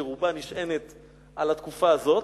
שרובה נשענת על התקופה הזאת,